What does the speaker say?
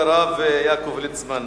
כבוד הרב יעקב ליצמן,